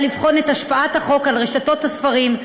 לבחון את השפעת החוק על רשתות הספרים,